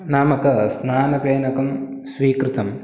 नामकस्नानफेनकं स्वीकृतम्